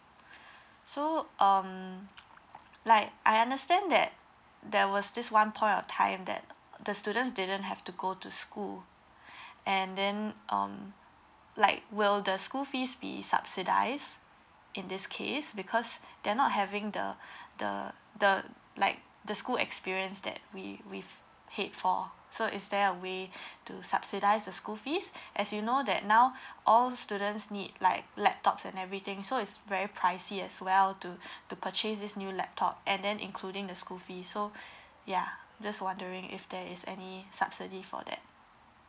so um like I understand that there was this one point of time that the students didn't have to go to school and then um like will the school fees be subsidize in this case because they're not having the the the like the school experience that we we paid for so is there a way to subsidize the school fees as you know that now all students need like laptops and everything so it's very pricey as well to to purchase this new laptop and then including the school fee so ya just wondering if there is any subsidy for that